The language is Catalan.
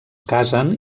casen